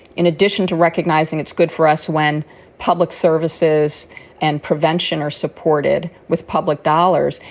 in addition to recognizing it's good for us when public services and prevention are supported with public dollars,